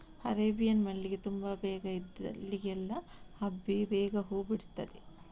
Arabian ಮಲ್ಲಿಗೆ ತುಂಬಾ ಬೇಗ ಇದ್ದಲ್ಲಿಗೆಲ್ಲ ಹಬ್ಬಿ ಬೇಗ ಹೂ ಬಿಡ್ತದೆ